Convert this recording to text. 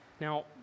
Now